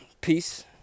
peace